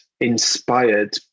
inspired